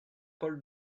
paul